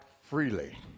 freely